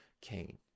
Cain